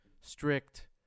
strict